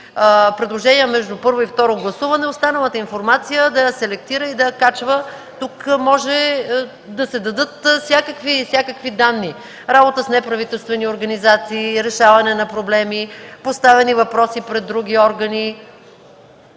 предложения между първо и второ гласуване, останалата информация да я селектира и да я качва. Тук може да се дадат всякакви данни – работа с неправителствени организации, решаване на проблеми, поставяне на въпроси пред други органи.